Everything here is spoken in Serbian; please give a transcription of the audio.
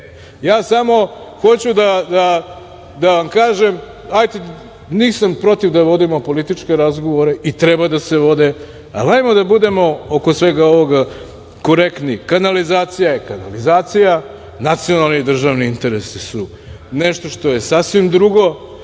ja samo hoću da vam kažem hajte nisam protiv da vodimo političke razgovore i treba da se vode, ali hajmo da budemo oko svega ovoga korektni kanalizacija je kanalizacija nacionalni državni interesu su nešto što je sasvim drugo